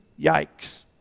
Yikes